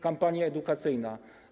Kampania edukacyjna.